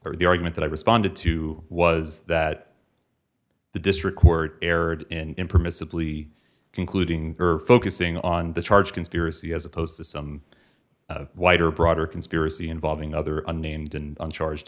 or the argument that i responded to was that the district court erred in impermissibly concluding her focusing on the charge conspiracy as opposed to some wider broader conspiracy involving other unnamed and charged